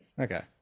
Okay